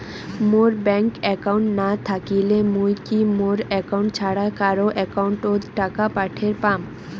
মোর bank account না থাকিলে মুই কি মোর একাউন্ট ছাড়া কারো একাউন্ট অত টাকা পাঠের পাম?